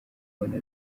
kubona